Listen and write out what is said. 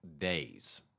days